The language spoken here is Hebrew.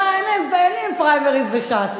יש פריימריס בש"ס.